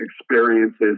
experiences